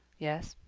yes,